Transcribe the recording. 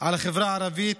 על החברה הערבית,